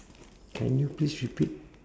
can you please repeat